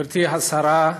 גברתי השרה,